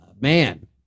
man